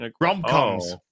Rom-coms